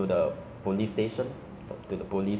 you also won't feel that happy right it's like